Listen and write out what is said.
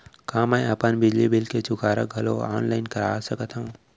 का मैं अपन बिजली बिल के चुकारा घलो ऑनलाइन करा सकथव?